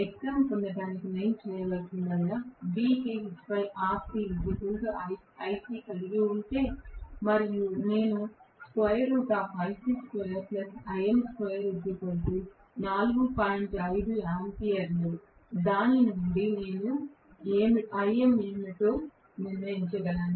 Xm పొందడానికి నేను చేయవలసిందల్లా నేను కలిగి ఉంటే మరియు నేను దాని నుండి నేను Im ఏమిటో నిర్ణయించగలను